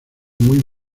muy